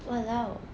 !walao!